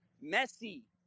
messy